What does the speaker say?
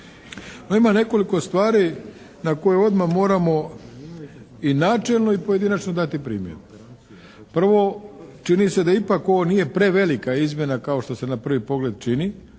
Ima nekoliko stvari na koje odmah moramo i načelno i pojedinačno dati primjedbe. Prvo, čini se da ipak ovo nije prevelika izmjena kao što se na prvi pogled čini.